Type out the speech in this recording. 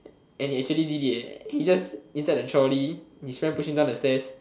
and he actually did it eh he just inside the trolley his friend push him down the stairs